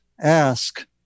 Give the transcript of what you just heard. ask